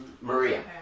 Maria